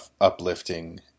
uplifting